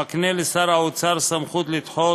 המקנה לשר האוצר סמכות לדחות,